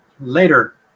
later